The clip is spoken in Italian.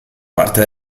parte